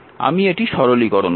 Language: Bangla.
আমি এটি সরলীকরণ করব